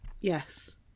Yes